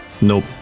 Nope